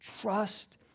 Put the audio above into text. trust